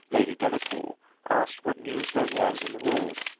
lady delacour asked what news there was in the world?